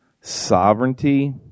sovereignty